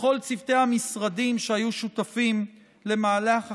לכל צוותי המשרדים שהיו שותפים למהלך החקיקה,